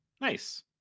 nice